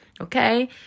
Okay